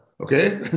Okay